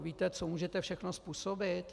Víte, co můžete všechno způsobit?